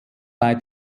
bei